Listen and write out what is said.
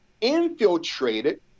infiltrated